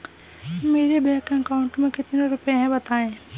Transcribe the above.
मेरे bank account में कितने रुपए हैं बताएँ?